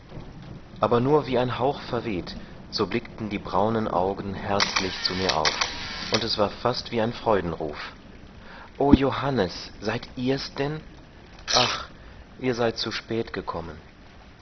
aber nur wie ein hauch verweht so blickten die braunen augen herzlich zu mir auf und es war fast wie ein freudenruf o johannes seid ihr's denn ach ihr seid zu spät gekommen